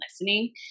listening